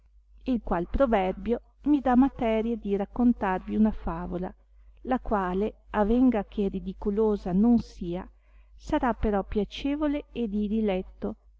il qual proverbio mi dà materia di raccontarvi una favola la quale avenga che ridiculosa non sia sarà però piacevole e di diletto